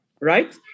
right